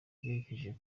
yerekeje